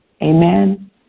Amen